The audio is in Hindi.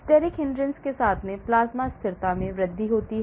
steric hindrance के साथ प्लाज्मा स्थिरता में वृद्धि होती है